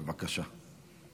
בבקשה.